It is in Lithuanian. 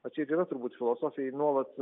o čia ir yra turbūt filosofijoj nuolat